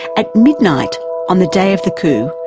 at midnight on the day of the coup,